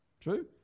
true